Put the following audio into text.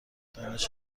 دانش